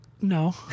No